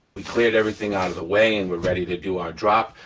we've cleared everything out of the way and we're ready to do our drop.